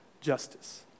justice